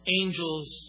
Angels